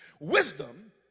Wisdom